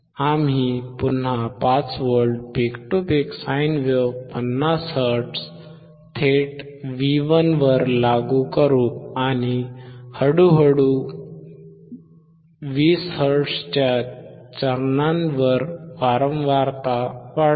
आम्ही पुन्हा 5 V peak to peak sine wave 50 hertz थेट V1वर लागू करू आणि हळूहळू 20 हर्ट्झच्या चरणांवर वारंवारता वाढवू